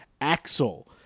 Axel